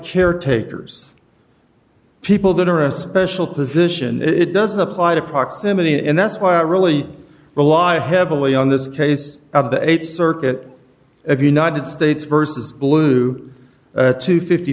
care takers people that are a special position it doesn't apply to proximity and that's why i really rely heavily on this case of the eight circuit of united states versus blue to fifty